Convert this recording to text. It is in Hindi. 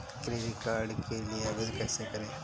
क्रेडिट कार्ड के लिए आवेदन कैसे करें?